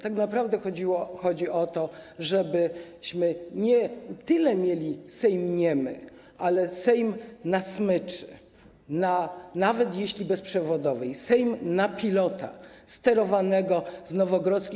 Tak naprawdę chodziło i chodzi o to, żebyśmy nie tyle mieli Sejm niemy, ile Sejm na smyczy, nawet jeśli bezprzewodowej, Sejm na pilota sterowanego z Nowogrodzkiej.